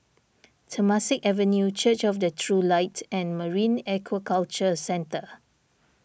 Temasek Avenue Church of the True Light and Marine Aquaculture Centre